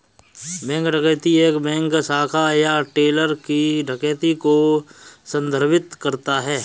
bank डकैती एक bank शाखा या टेलर की डकैती को संदर्भित करता है